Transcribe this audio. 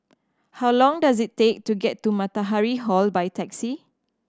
how long does it take to get to Matahari Hall by taxi